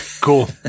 cool